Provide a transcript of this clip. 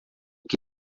que